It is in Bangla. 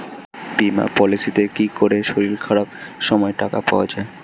বীমা পলিসিতে কি করে শরীর খারাপ সময় টাকা পাওয়া যায়?